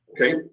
Okay